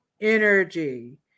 energy